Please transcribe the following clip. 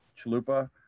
Chalupa